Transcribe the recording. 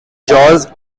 jaws